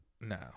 No